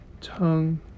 tongue